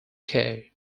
kay